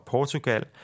Portugal